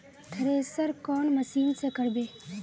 Thresher कौन machine से करबे?